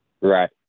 Right